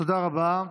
תודה רבה.